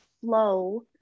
flow